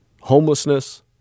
homelessness